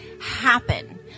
happen